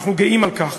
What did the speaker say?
אנחנו גאים על כך,